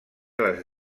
les